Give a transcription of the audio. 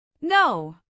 No